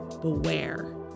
beware